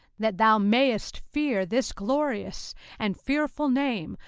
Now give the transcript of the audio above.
that thou mayest fear this glorious and fearful name,